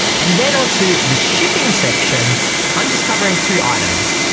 and then on to the shipping section i'm just covering two items.